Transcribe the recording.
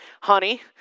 Honey